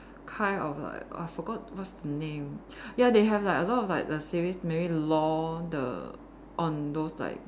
kind of like I forgot what's the name ya they have like a lot of like the series maybe law the on those like